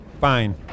Fine